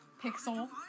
Pixel